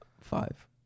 Five